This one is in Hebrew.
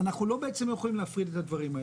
אנחנו בעצם לא יכולים להפריד בין הדברים.